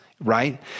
right